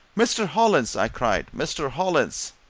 mr. hollins! i cried. mr. hollins!